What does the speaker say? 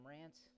rants